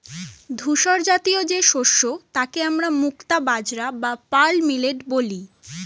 ধূসরজাতীয় যে শস্য তাকে আমরা মুক্তা বাজরা বা পার্ল মিলেট বলি